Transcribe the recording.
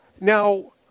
Now